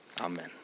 Amen